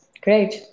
Great